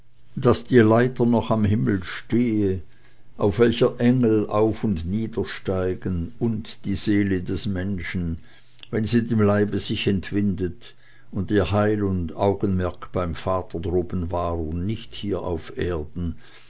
daß die leiter noch am himmel stehe auf welcher engel auf und niedersteigen und die seele des menschen wenn sie dem leibe sich entwindet und ihr heil und augenmerk beim vater droben war und nicht hier auf erden